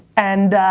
and,